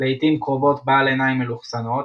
לעיתים קרובות בעל עיניים מלוכסנות.